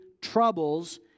troubles